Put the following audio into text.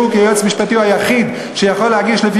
והוא כיועץ המשפטי היחיד שיכול להגיש לפי